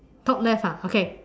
top left ah okay